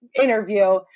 interview